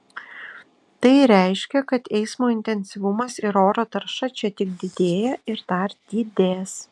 tai reiškia kad eismo intensyvumas ir oro tarša čia tik didėja ir dar didės